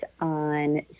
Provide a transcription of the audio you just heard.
on